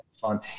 fun